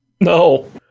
no